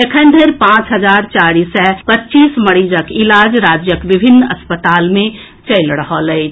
एखन धरि पांच हजार चारि सय पच्चीस मरीजक इलाज राज्यक विभिन्न अस्पताल मे चलि रहल अछि